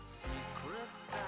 secrets